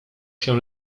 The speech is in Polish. się